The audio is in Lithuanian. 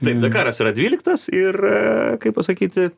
taip dakaras yra dvyliktas ir kaip pasakyti